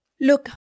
Look